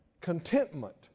contentment